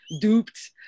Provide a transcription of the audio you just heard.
duped